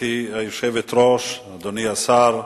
גברתי היושבת-ראש, אדוני השר,